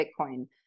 Bitcoin